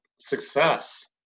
success